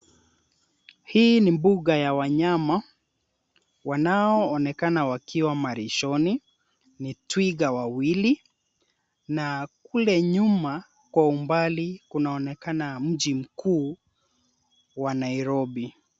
Hii ni mbuga ya wanyama wanaonekana wakiwa malishoni ni twiga wawili na kule nyuma kwa umbali kunaonekana mji mkuu wa Nairobi.